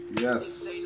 Yes